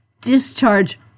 discharge